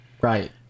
Right